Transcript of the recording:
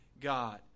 God